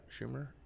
Schumer